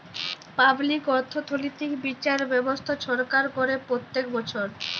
public অথ্থলৈতিক বিচার ব্যবস্থা ছরকার ক্যরে প্যত্তেক বচ্ছর